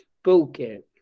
spoken